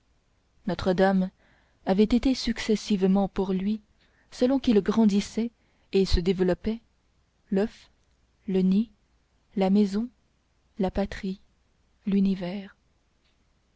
notre-dame avait été successivement pour lui selon qu'il grandissait et se développait l'oeuf le nid la maison la patrie l'univers